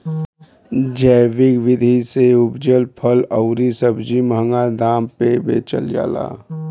जैविक विधि से उपजल फल अउरी सब्जी महंगा दाम पे बेचल जाला